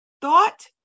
thought